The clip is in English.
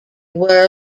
were